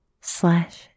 slash